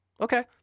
Okay